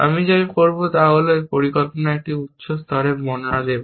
আমি যা করব তা হল আমি পরিকল্পনাকারীর একটি উচ্চ স্তরের বর্ণনা দেব